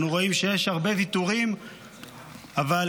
אנחנו